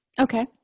Okay